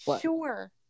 sure